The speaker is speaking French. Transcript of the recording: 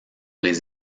les